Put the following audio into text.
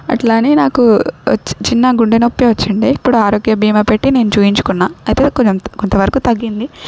అట్లానే నాకు చి చిన్న గుండె నొప్పి వచ్చిండే ఇప్పుడు ఆరోగ్య బీమా పెట్టి నేను చూయించుకున్నా అయితే కొంచెం కొంతవరకు తగ్గింది